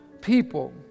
people